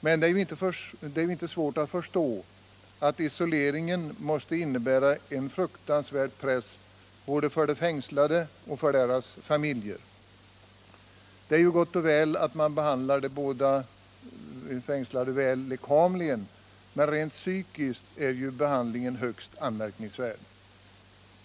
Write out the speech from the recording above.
Men det är inte svårt att förstå att isoleringen måste innebära en fruktansvärd press både för de fängslade och för deras familjer. Det är gott och väl att man behandlar de båda fängslade bra lekamligen, men rent psykiskt är ju behandlingen högst anmärkningsvärt.